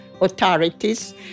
authorities